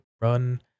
run